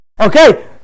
Okay